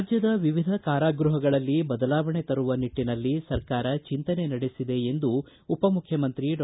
ರಾಜ್ಞದ ವಿವಿಧ ಕಾರಾಗೃಹಗಳಲ್ಲಿ ಬದಲಾವಣೆ ತರುವ ನಿಟ್ಟನಲ್ಲಿ ಸರಕಾರ ಚಿಂತನೆ ನಡೆಸಿದೆ ಎಂದು ಉಪಮುಖ್ಯಮಂತ್ರಿ ಡಾ